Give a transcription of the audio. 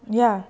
ya